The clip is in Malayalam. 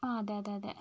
ആ അതെ അതെ അതെ